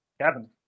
Kevin